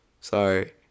sorry